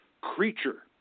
creature